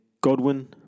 Godwin